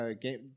game